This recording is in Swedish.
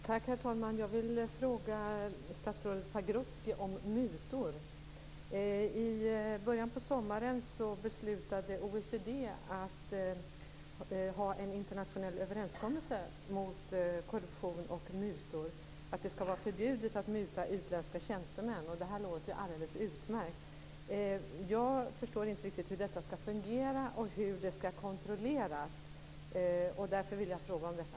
Herr talman! Jag vill fråga statsrådet Pagrotsky om mutor. I början av sommaren beslutade OECD om en internationell överenskommelse mot korruption och mutor. Det skall vara förbjudet att muta utländska tjänstemän. Det här låter ju alldeles utmärkt. Jag förstår inte riktigt hur detta skall fungera och hur det skall kontrolleras. Därför vill jag fråga om detta.